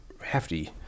hefty